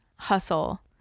hustle